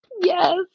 Yes